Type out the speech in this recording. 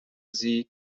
sie